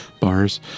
bars